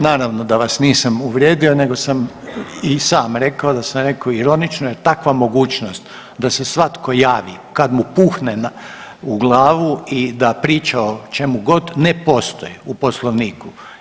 Naravno da vas nisam uvrijedio nego sam i sam rekao da sam rekao ironično jer takva mogućnost da se svatko javi kad mu puhne u glavu i da priča o čemu god ne postoji u Poslovniku.